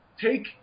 take